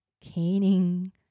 caning